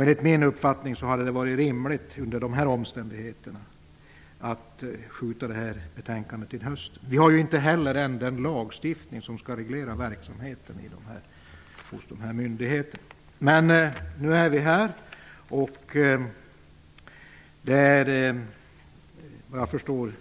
Enligt min uppfattning hade det under dessa omständigheter varit rimligt att skjuta upp behandlingen av betänkandet till hösten. Vi har ju ännu inte heller den lagstiftning som skall reglera verksamheten hos dessa myndigheter. Men nu är vi här, och det är, vad jag förstår,